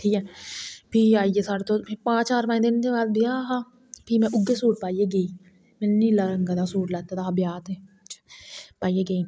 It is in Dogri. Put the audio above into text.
ठीक ऐ फ्ही आई गे अस चार पंज दिन दे बाद ब्याह हा फ्ही में उऐ सूट पाइयै गेई में नीले रंगे दा सूट लैते दा हा ब्याह च पाइयै गेई में